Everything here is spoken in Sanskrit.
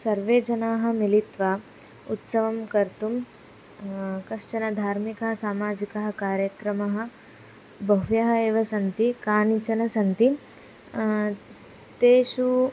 सर्वे जनाः मिलित्वा उत्सवं कर्तुं कश्चन धार्मिकः सामाजिकः कार्यक्रमः बह्व्यः एव सन्ति कानिचन सन्ति तेषु